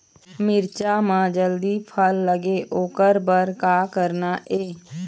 मिरचा म जल्दी फल लगे ओकर बर का करना ये?